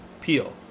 Peel